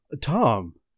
Tom